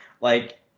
like-